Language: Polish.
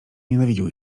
nienawidził